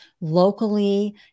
locally